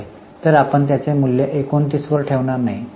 तर आपण त्याचे मूल्य 29 वर ठेवणार नाही